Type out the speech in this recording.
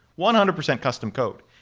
one hundred percent custom code.